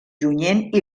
junyent